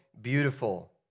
Beautiful